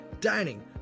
dining